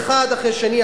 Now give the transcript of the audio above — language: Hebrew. האחד אחרי השני,